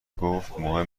گفتمهم